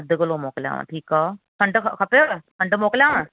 अधु किलो मोकिलियांव ठीक आहे खंडु खपेव खंडु मोकिलियांव